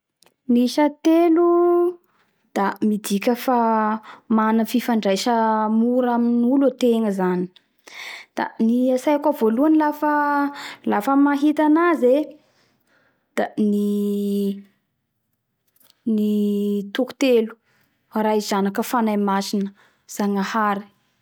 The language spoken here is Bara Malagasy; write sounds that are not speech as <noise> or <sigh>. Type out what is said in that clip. Ny isa telo da midika fa mana fifandraisa mora aminolo tegna zany da ny atsaiko ao voalohany lafa lafa mahita anazy e da ny <hesitation> ny ny toko telo Ray Zanaka Fanahy Masina ZAGNAHARY